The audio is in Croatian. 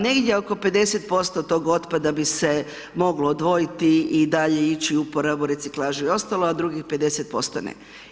Negdje oko 50% tog otpada bi se moglo odvojiti i dalje ići u uporabu, reciklažu i ostalo a drugih 50% ne.